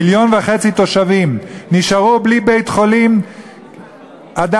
מיליון וחצי תושבים שנשארו בלי בית-חולים "הדסה",